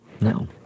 No